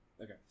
Okay